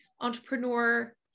entrepreneur